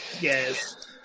Yes